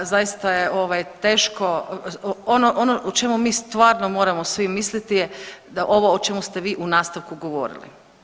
Zaista je ovaj teško ono, ono o čemu mi stvarno moramo svi misliti je da ovo o čemu ste vi u nastavku govorili.